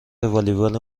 والیبال